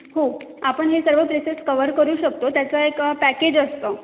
हो आपण हे सर्व प्लेसेस कवर करू शकतो त्याचा एक पॅकेज असतं